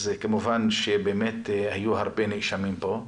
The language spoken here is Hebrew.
אז כמובן שבאמת היו הרבה נאשמים פה.